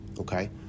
okay